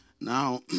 now